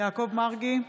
יעקב מרגי,